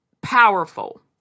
powerful